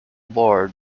board